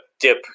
dip